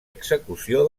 execució